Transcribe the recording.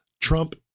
Trump